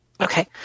okay